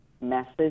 message